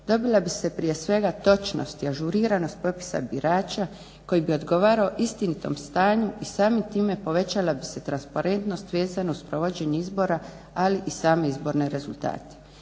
dobila bi se prije svega točnost i ažuriranost popisa birača koji bi odgovarao istinitom stanju i samim time povećala bi se transparentnost vezano uz provođenje izbora, ali i same izborni rezultati.